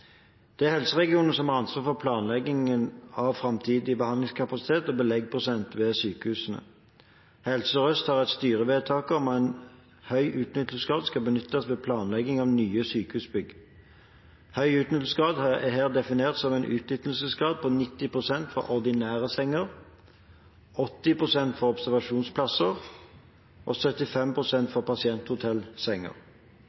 Det er helseregionene som har ansvar for planlegging av framtidig behandlingskapasitet og beleggsprosent ved nye sykehus. Helse Sør-Øst har et styrevedtak om at høy utnyttelsesgrad skal benyttes ved planlegging av nye sykehusbygg. Høy utnyttelsesgrad er her definert som en utnyttelsesgrad på 90 pst. for ordinære senger, 80 pst. for observasjonsplasser og